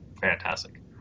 fantastic